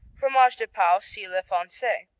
fromage de pau see la foncee.